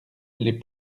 les